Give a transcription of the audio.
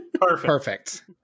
Perfect